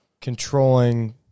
controlling